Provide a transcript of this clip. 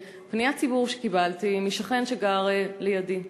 פניית ציבור שקיבלתי משכן שגר לידי,